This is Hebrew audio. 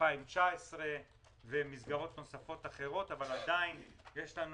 2019 ומסגרות נוספות אחרות, אבל עדיין יש לנו